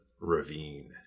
ravine